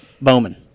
Bowman